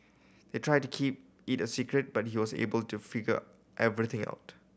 they tried to keep it a secret but he was able to figure everything out